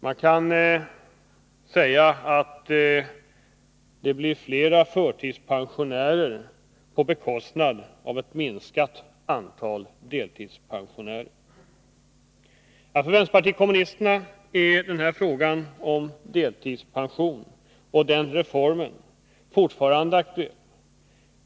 Man kan säga att det blir fler förtidspensionärer på bekostnad av ett minskat antal deltidspensionärer. För vänsterpartiet kommunisterna är frågan om deltidspension fortfarande aktuell.